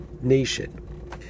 nation